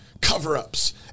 cover-ups